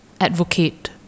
advocate